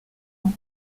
ans